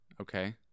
okay